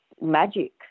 magic